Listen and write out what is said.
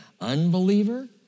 unbeliever